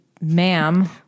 ma'am